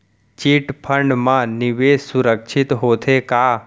Chit fund मा निवेश सुरक्षित होथे का?